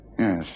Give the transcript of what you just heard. Yes